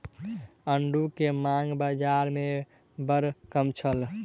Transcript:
आड़ू के मांग बाज़ार में बड़ कम छल